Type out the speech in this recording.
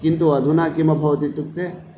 किन्तु अधुना किम् अभवत् इत्युक्ते